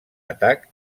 atac